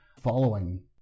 following